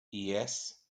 yes